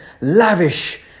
lavish